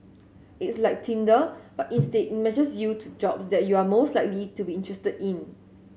it's like Tinder but instead it matches you to jobs that you are most likely to be interested in